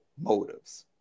motives